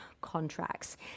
contracts